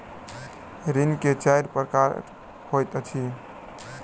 ऋण के चाइर प्रकार होइत अछि